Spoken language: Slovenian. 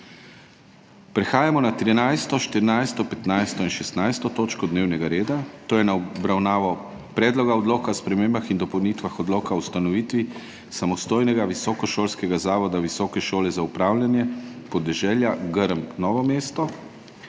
prekinjeno 13. točko dnevnega reda, to je z obravnavo Predloga odloka o spremembah in dopolnitvah Odloka o ustanovitvi samostojnega visokošolskega zavoda Visoke šole za upravljanje podeželja Grm Novo mesto.